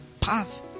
path